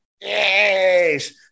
Yes